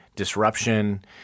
disruption